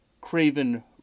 Craven